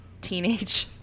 Teenage